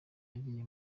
agiye